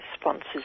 sponsors